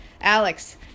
Alex